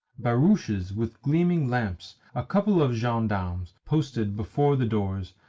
barouches with gleaming lamps, a couple of gendarmes posted before the doors,